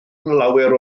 lawer